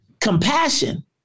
compassion